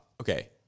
Okay